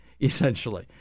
essentially